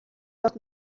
los